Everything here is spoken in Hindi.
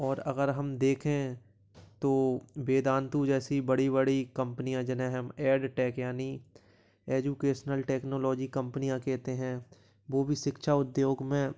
और अगर हम देखें तो वेदांतु जैसी बड़ी बड़ी कंपनियाँ जिन्हें हम ऐड टेक यानी एजुकेशनल टेक्नोलॉजी कंपनियाँ कहते हैं वे भी शिक्षा उद्योग में